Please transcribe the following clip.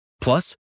Plus